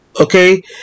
Okay